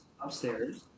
upstairs